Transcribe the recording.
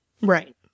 Right